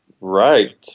Right